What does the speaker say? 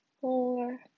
four